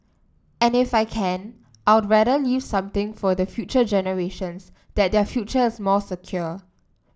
and if I can I'd rather leave something for the future generations that their future is more secure